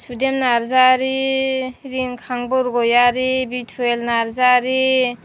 Sudem Narzary Rinkhang Bargayary Bithuyel Narzary